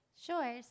Sure